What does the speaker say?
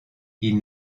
ils